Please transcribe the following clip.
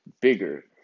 bigger